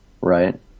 right